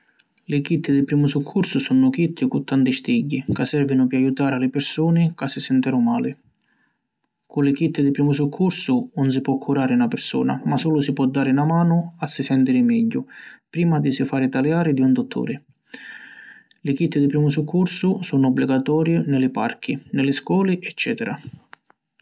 Li kit di primu succursu sunnu kit cu tanti stigghi ca servinu pi ajutari a li pirsuni ca si sinteru mali. Cu li kit di primu succursu 'un si pò curari na pirsuna ma sulu si pò dari na manu a si sentiri megghiu prima di si fari taliari di un dutturi. Li kit di primu succursu sunnu obbligatorî ni li parchi, ni li scoli eccetera.